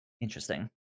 interesting